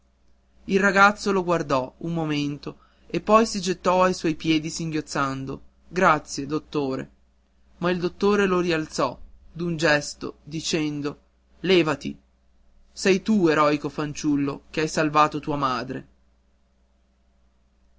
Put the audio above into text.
il ragazzo lo guardò un momento e poi si gettò ai suoi piedi singhiozzando grazie dottore ma il dottore lo rialzò d'un gesto dicendo levati sei tu eroico fanciullo che hai salvato tua madre